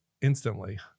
instantly